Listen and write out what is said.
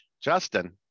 Justin